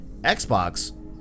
Xbox